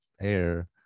air